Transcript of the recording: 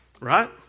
Right